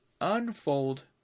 unfold